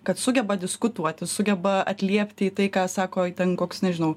kad sugeba diskutuoti sugeba atliepti į tai ką sako ten koks nežinau